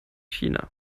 china